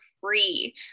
free